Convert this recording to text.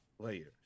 players